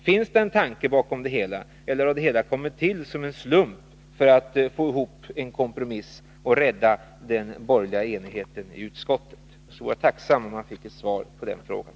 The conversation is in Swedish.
Finns det en tanke bakom det hela, eller har det kommit till av en slump för att man skulle få ihop en kompromiss och rädda den borgerliga enigheten i utskottet? Jag vore tacksam om jag fick ett svar på den frågan.